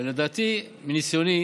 ולדעתי ומניסיוני